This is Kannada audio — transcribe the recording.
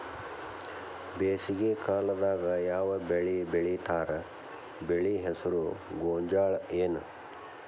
ಬೇಸಿಗೆ ಕಾಲದಾಗ ಯಾವ್ ಬೆಳಿ ಬೆಳಿತಾರ, ಬೆಳಿ ಹೆಸರು ಗೋಂಜಾಳ ಏನ್?